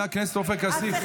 חבר הכנסת עופר כסיף,